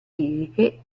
liriche